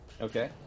Okay